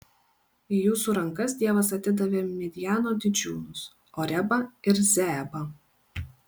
į jūsų rankas dievas atidavė midjano didžiūnus orebą ir zeebą